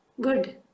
Good